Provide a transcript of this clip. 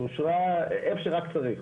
שאושרה איפה שרק צריך.